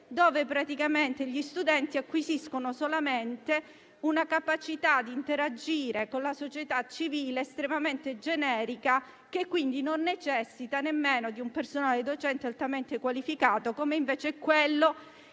adolescenti, dove gli studenti acquisiscono solamente una capacità di interagire con la società civile estremamente generica, che quindi non necessita nemmeno di un personale docente altamente qualificato, come invece ci